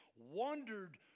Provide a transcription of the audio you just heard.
wandered